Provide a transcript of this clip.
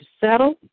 settle